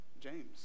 James